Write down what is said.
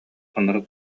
ынырык